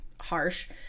harsh